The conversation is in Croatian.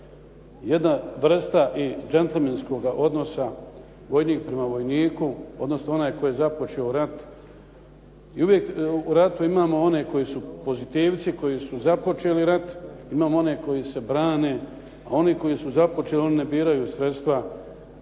jedna vrsta i džentlmenskoga odnosa vojnik prema vojniku, odnosno onaj koji je započeo rat. I uvijek u ratu imamo one koji su pozitivci, koji su započeli rat, imamo one koji se brane, a oni koji su započeli oni ne biraju sredstva